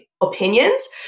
opinions